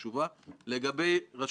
בדיוק בשביל לתת מענה במקום הזה,